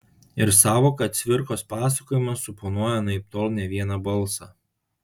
ir sąvoka cvirkos pasakojimas suponuoja anaiptol ne vieną balsą